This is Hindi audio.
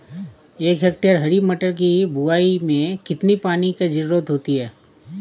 एक हेक्टेयर हरी मटर की बुवाई में कितनी पानी की ज़रुरत होती है?